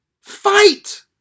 Fight